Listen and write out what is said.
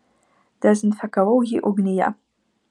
dezinfekavau jį ugnyje